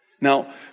Now